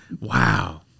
Wow